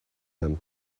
them